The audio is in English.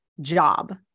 job